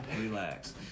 relax